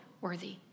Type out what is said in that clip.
worthy